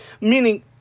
Meaning